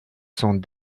sont